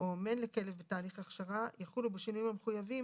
או אומן לכלב בתהליך הכשרה יחולו בשינויים המחויבים